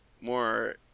more